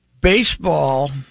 baseball